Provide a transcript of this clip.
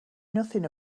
nothing